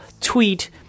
tweet